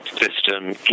system